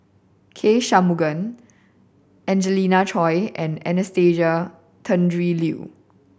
K Shanmugam Angelina Choy and Anastasia Tjendri Liew